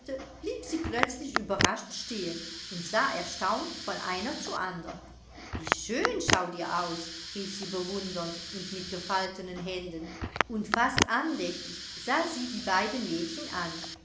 blieb sie plötzlich überrascht stehen und sah erstaunt von einer zur andern wie schön schaut ihr aus rief sie bewundernd und mit gefaltenen händen und fast andächtig sah sie die beiden mädchen an